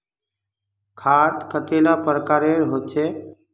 खाद कतेला प्रकारेर होचे?